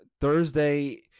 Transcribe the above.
Thursday